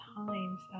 times